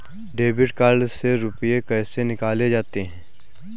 Debit card से रुपये कैसे निकाले जाते हैं?